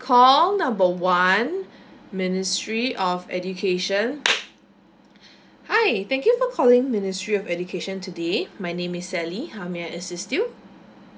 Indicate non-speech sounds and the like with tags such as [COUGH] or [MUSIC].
call number one ministry of education [NOISE] hi thank you for calling ministry of education today my name is sally how may I assist you